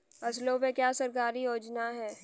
फसलों पे क्या सरकारी योजना है?